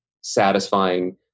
satisfying